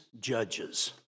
judges